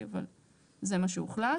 אבל זה מה שהוחלט.